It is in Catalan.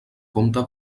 compte